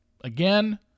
Again